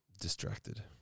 Distracted